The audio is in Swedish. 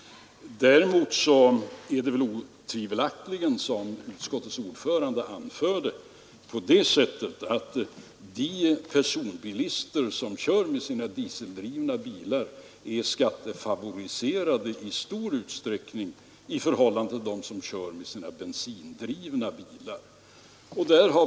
Däremot är det otvivelaktigt, som utskottets ordförande anförde, på det sättet att de bilister som kör med sina dieseldrivna personbilar i stor utsträckning är skattefavoriserade i förhållande till dem som kör med sina bensindrivna bilar.